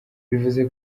bivuze